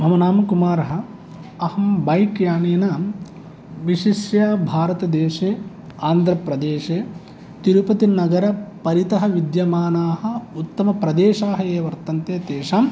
मम नाम कुमारः अहं बैक् यानेन विशिष्य भारतदेशे आन्ध्रप्रदेशे तिरुपतिनगरपरितः विद्यमानाः उत्तमप्रदेशाः ये वर्तन्ते तेषां